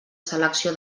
selecció